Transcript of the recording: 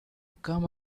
come